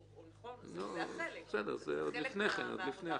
זה חלק מהעבודה בשטח.